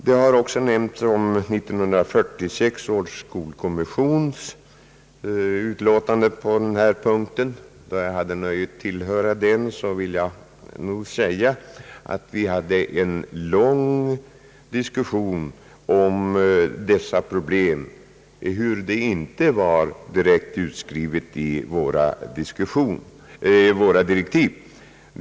Det har också nämnts om 1946 års skolkommissions utlåtande på denna punkt. Då jag hade nöjet att tillhöra kommissionen, vill jag erinra om att vi hade en lång diskussion om dessa problem, ehuru detta inte var direkt utskrivet i direktiven till kommissionen.